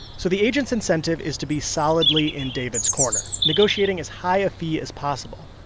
so the agent's incentive is to be solidly in david's corner, negotiating as high a fee as possible.